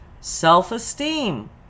Self-esteem